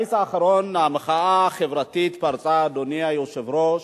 בקיץ האחרון המחאה החברתית פרצה, אדוני היושב-ראש,